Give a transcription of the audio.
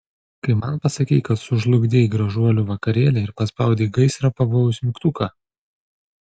kai man pasakei kad sužlugdei gražuolių vakarėlį ir paspaudei gaisro pavojaus mygtuką